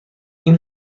این